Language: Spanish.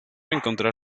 encontrar